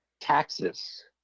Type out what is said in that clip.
taxes